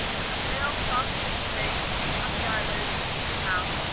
and her pale soft-cheeked face, with puffy eye-lids and drooping mouth,